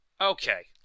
Okay